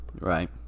Right